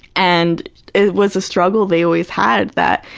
and it was a struggle they always had that.